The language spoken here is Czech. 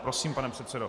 Prosím, pane předsedo.